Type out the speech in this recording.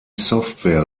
software